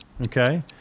Okay